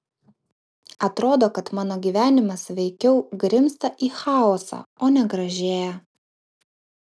atrodo kad mano gyvenimas veikiau grimzta į chaosą o ne gražėja